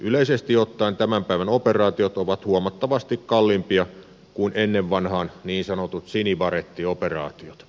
yleisesti ottaen tämän päivän operaatiot ovat huomattavasti kalliimpia kuin ennen vanhaan niin sanotut sinibarettioperaatiot